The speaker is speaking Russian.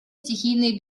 стихийные